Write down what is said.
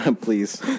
Please